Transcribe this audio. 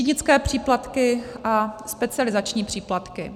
Třídnické příplatky a specializační příplatky.